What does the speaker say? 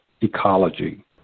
ecology